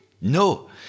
No